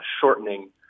shortening